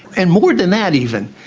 and more than that even,